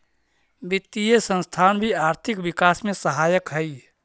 वित्तीय संस्थान भी आर्थिक विकास में सहायक हई